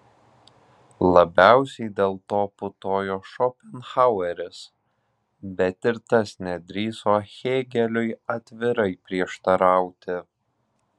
labiausiai dėl to putojo šopenhaueris bet ir tas nedrįso hėgeliui atvirai prieštarauti